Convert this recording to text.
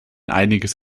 einiges